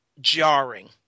jarring